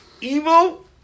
evil